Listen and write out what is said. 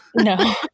No